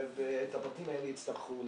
ואת הבתים האלה יצטרכו לפנות.